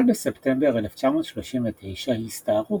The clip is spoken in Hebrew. ערך מורחב – הפלישה לפולין ב-1 בספטמבר 1939 הסתערו